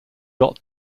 got